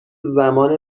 زمان